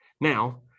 now